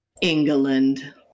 England